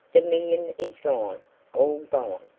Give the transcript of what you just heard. the million is gone all gone.